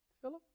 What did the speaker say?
Philip